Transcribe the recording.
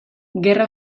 gerra